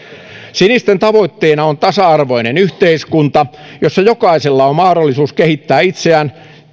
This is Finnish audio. sinisten tavoitteena on tasa arvoinen yhteiskunta jossa jokaisella on mahdollisuus kehittää itseään